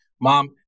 mom